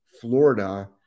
Florida